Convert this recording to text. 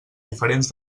diferents